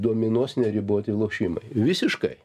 dominuos neriboti lošimai visiškai